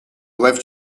lived